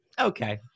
okay